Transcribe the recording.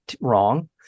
wrong